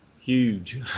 huge